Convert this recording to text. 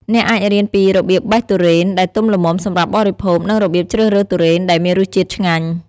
អ្នកអាចរៀនពីរបៀបបេះទុរេនដែលទុំល្មមសម្រាប់បរិភោគ និងរបៀបជ្រើសរើសទុរេនដែលមានរសជាតិឆ្ងាញ់។